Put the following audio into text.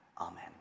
Amen